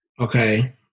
Okay